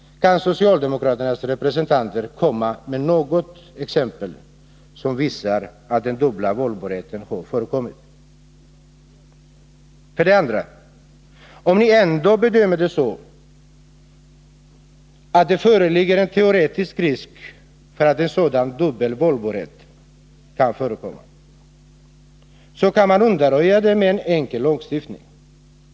Kan socialdemokraternas representanter ge något exempel som visar att den dubbla valbarheten har utnyttjats? För det andra: Om ni ändå bedömer det så att det föreligger en teoretisk risk för en sådan dubbel valbarhet, kan man undanröja den med en enkel lagstiftning.